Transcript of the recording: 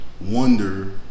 wonder